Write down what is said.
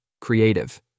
creative